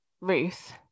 Ruth